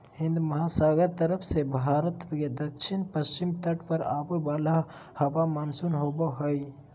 हिन्दमहासागर तरफ से भारत के दक्षिण पश्चिम तट पर आवे वाला हवा मानसून होबा हइ